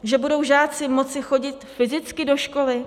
Že budou žáci moci chodit fyzicky do školy?